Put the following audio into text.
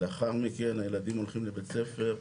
לאחר מכן הילדים הולכים לבית ספר,